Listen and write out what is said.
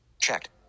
checked